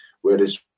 Whereas